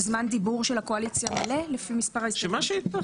וזמן דיבור של הקואליציה מלא לפי מספר ההסתייגויות?